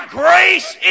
grace